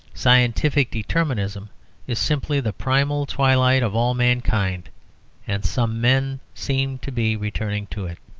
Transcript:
scientific determinism is simply the primal twilight of all mankind and some men seem to be returning to it.